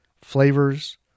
flavors